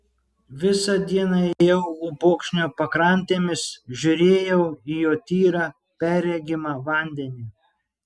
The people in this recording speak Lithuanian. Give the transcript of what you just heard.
visą dieną ėjau upokšnio pakrantėmis žiūrėjau į jo tyrą perregimą vandenį